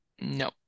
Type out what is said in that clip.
No